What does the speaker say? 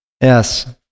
yes